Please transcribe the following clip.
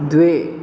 द्वे